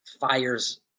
fires